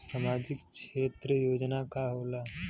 सामाजिक क्षेत्र योजना का होला?